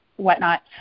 Whatnot